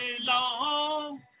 long